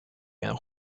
and